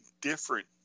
different